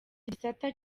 igisata